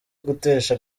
gutesha